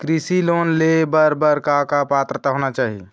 कृषि लोन ले बर बर का का पात्रता होना चाही?